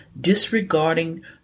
disregarding